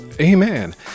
Amen